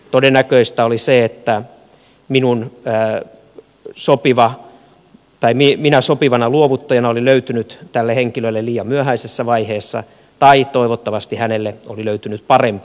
todennäköistä oli se että minä sopivana luovuttajana olin löytynyt tälle henkilölle liian myöhäisessä vaiheessa tai toivottavasti hänelle oli löytynyt parempi luovuttaja